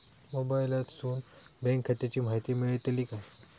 मोबाईलातसून बँक खात्याची माहिती मेळतली काय?